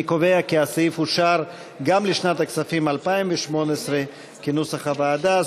אני קובע כי הסעיף אושר גם לשנת הכספים 2018 כנוסח הוועדה.